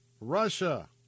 Russia